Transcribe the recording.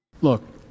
look